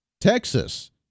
Texas